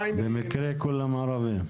במקרה כולם ערבים.